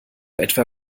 etwa